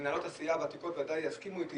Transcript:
מנהלות הסיעה הוותיקות ודאי תסכמנה איתי